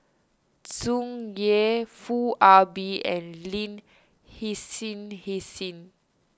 Tsung Yeh Foo Ah Bee and Lin Hsin Hsin